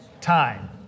time